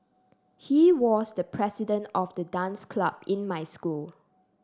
he was the president of the dance club in my school